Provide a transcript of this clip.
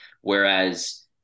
Whereas